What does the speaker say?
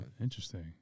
interesting